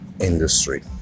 industry